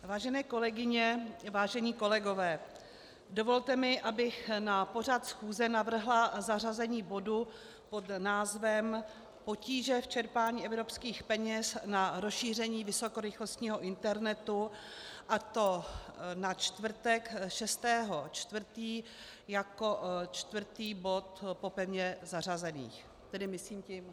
Vážené kolegyně, vážení kolegové, dovolte mi, abych na pořad schůze navrhla zařazení bodu pod názvem Potíže v čerpání evropských peněz na rozšíření vysokorychlostního internetu, a to na čtvrtek 6. 4. jako čtvrtý bod po pevně zařazených, tedy myslím tím celkově.